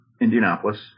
Indianapolis